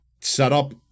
setup